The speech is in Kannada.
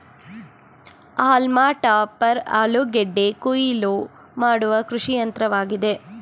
ಹಾಲ್ಮ ಟಾಪರ್ ಆಲೂಗೆಡ್ಡೆ ಕುಯಿಲು ಮಾಡುವ ಕೃಷಿಯಂತ್ರವಾಗಿದೆ